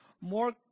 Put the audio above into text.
more